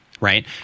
right